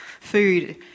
food